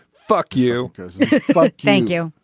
fuck you thank you.